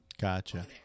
Gotcha